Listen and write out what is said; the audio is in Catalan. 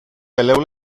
peleu